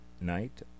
night